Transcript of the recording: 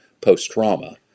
post-trauma